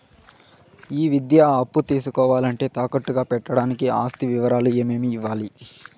ఈ విద్యా అప్పు తీసుకోవాలంటే తాకట్టు గా పెట్టడానికి ఆస్తి వివరాలు ఏమేమి ఇవ్వాలి?